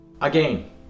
Again